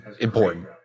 important